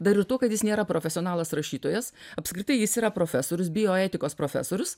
dar ir tuo kad jis nėra profesionalas rašytojas apskritai jis yra profesorius bioetikos profesorius